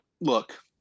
look